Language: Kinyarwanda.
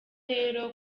rero